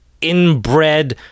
inbred